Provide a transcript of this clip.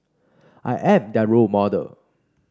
I am their role model